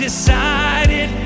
Decided